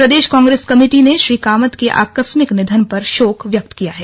प्रदेश Congress committee के ने श्री कामत के आकस्मिक निधन पर शोक व्यक्त किया है